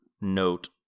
note